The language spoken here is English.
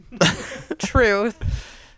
Truth